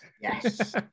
Yes